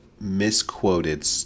misquoted